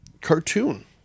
cartoon